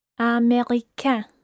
Américain